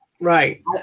Right